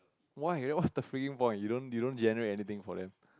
why what is the freaking point you don't you don't generate anything for them